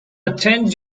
attend